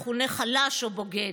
מכונה חלש או בוגד.